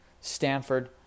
Stanford